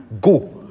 Go